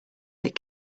that